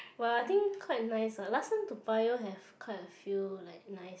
!wah! I think quite nice ah last time Toa Payoh have quite a few like nice